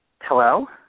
Hello